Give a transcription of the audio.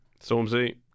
Stormzy